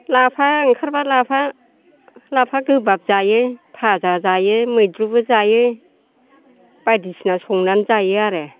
लाफा ओंखारब्ला लाफा लाफा गोबाब जायो फाजा जायो मैद्रुबो जायो बायदिसिना संनानै जायो आरो